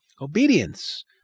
Obedience